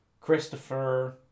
Christopher